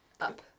up